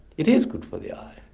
it is good for the eye,